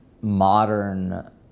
modern